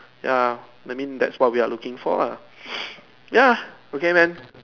ya I mean that's what we're looking for lah ya okay man